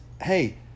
Hey